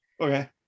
okay